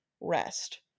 rest